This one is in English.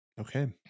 Okay